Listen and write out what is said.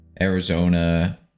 arizona